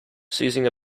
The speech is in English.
seizing